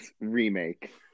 remake